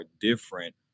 different